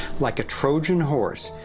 like a trojan horse,